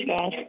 guys